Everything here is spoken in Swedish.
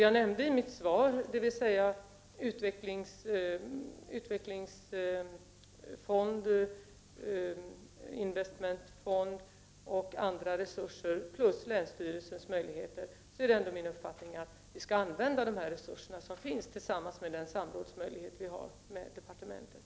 Jag nämnde i mitt svar resurser för utvecklingsprojekt och investmentbolag, och vi skall använda de resurser som finns liksom också möjligheten till samråd med departementet.